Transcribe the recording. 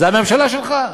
זה הממשלה שלך,